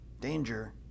Danger